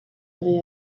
willen